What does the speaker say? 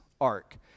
ark